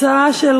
מס' 1279,